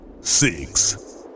six